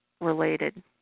related